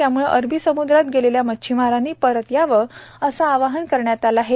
त्याम्ळं अरबी समुद्रात गेलेल्या मच्छिमारांनी परत यावे असे आवाहन करण्यात आले आहे